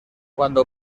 cuando